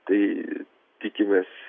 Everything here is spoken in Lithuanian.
tai tikimės